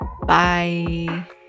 Bye